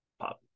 Pop